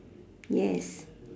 yes